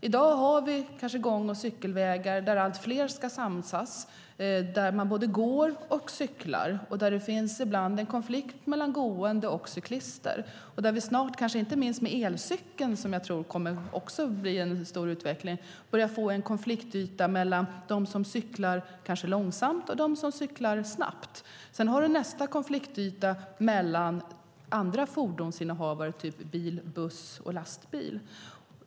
I dag har vi kanske gång och cykelvägar där allt fler ska samsas, där man både går och cyklar och där det ibland finns en konflikt mellan gående och cyklister. Där börjar vi snart - kanske inte minst med elcykeln, där jag tror att det blir en stor utveckling - få en konfliktyta mellan dem som cyklar långsamt och dem som cyklar snabbt. Sedan har vi nästa konfliktyta mellan andra fordonsinnehavare, typ bil, buss och lastbil.